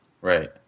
Right